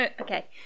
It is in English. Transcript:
Okay